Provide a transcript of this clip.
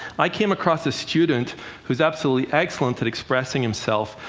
i came across a student who's absolutely excellent at expressing himself,